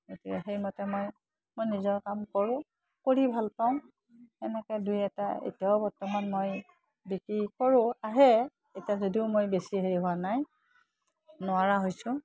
গতিকে সেইমতে মই মই নিজৰ কাম কৰোঁ কৰি ভাল পাওঁ এনেকৈ দুই এটা এতিয়াও বৰ্তমান মই বিক্ৰী কৰোঁ আহে এতিয়া যদিও মই বেছি হেৰি হোৱা নাই নোৱাৰা হৈছোঁ